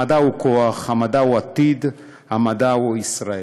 המדע הוא כוח, המדע הוא עתיד, המדע הוא ישראל.